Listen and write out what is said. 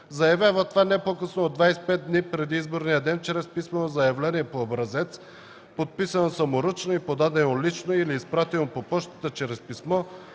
заявява това не по-късно от 25 дни преди изборния ден чрез писмено заявление по образец, подписано саморъчно и подадено лично или изпратено по пощата чрез писмо